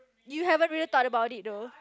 you haven't really thought about it though